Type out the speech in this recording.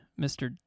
Mr